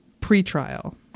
pre-trial